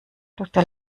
doktor